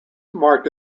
marked